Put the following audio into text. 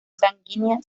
sanguínea